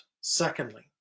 Secondly